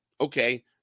okay